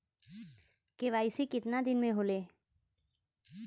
KYC कितना दिन में होले?